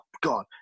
God